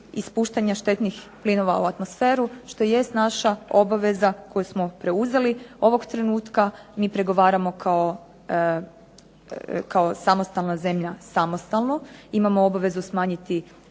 ispuštanja štetnih plinova u atmosferu što i jest naša obaveza koju smo preuzeli. Ovog trenutka mi pregovaramo kao samostalna zemlja samostalno. Imamo obavezu smanjiti